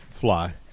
fly